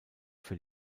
für